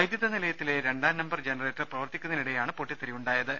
വൈദ്യുത നിലയത്തിലെ രണ്ടാം നമ്പർ ജനറേറ്റർ പ്രവർത്തിക്കുന്നതിനിടെയാണ് പൊട്ടിത്തെറി ഉണ്ടായത്